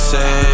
Say